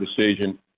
decision